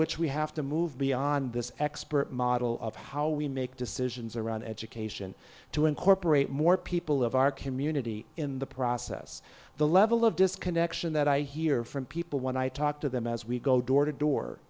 which we have to move beyond this expert model of how we make decisions around education to incorporate more people of our community in the process the level of disconnection that i hear from people when i talk to them as we go door to door